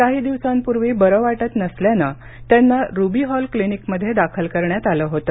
काही दिवसांपूर्वी बरे वाटत नसल्याने त्यांना रुबी हॉल क्लिनिक येथे दाखल करण्यात आले होते